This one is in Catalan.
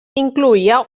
incloïa